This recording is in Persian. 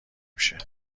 میشه